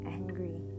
angry